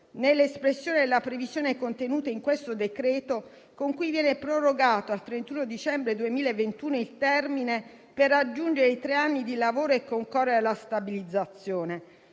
Nell'espressione vi è la previsione contenuta in questo decreto-legge, con cui viene prorogato al 31 dicembre 2021 il termine per raggiungere i tre anni di lavoro che concorrono alla stabilizzazione.